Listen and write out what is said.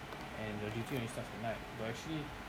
and your duty only starts at night but actually